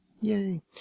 Yay